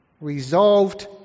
resolved